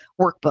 workbook